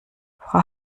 frau